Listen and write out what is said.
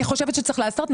אני חושבת שצריך לעשות.